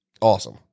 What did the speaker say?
Awesome